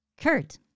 Kurt